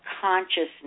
consciousness